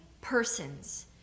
persons